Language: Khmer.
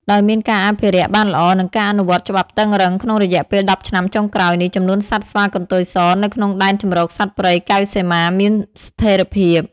ដោយមានការអភិរក្សបានល្អ និងការអនុវត្តច្បាប់តឹងរ៉ឹង ក្នុងរយៈពេល ១០ឆ្នាំចុងក្រោយនេះ ចំនួនសត្វស្វាកន្ទុយសនៅក្នុងដែនជម្រកសត្វព្រៃកែវសីមាមានស្ថេរភាព។